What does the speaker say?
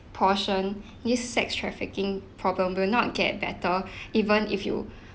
portion this sex trafficking problem will not get better even if you